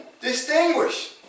distinguished